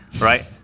right